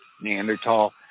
Neanderthal